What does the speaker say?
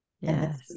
yes